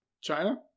China